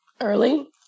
Early